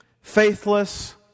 faithless